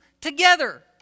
together